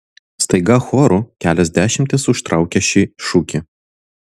staiga choru kelios dešimtys užtraukia šį šūkį